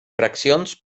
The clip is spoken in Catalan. fraccions